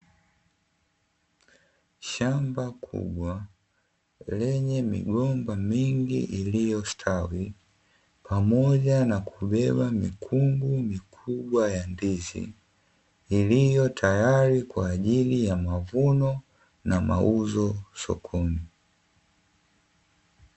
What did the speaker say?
Shamba kubwa lenye migomba mingi, iliyostawi pamoja na kubeba mikungu mikubwa ya ndizi, iliyo tayari kwa ajili ya mavuno na mauzo sokoni.